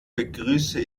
begrüße